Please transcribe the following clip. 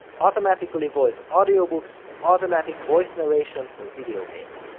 automatically voiced audiobooks, automatic voice narration for video games.